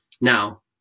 Now